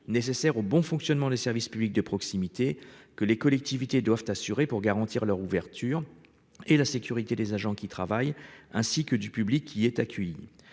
nécessaires au bon fonctionnement des services publics de proximité que les collectivités doivent assurer pour garantir leur ouverture et la sécurité des agents qui travaillent ainsi que du public qui est accueilli.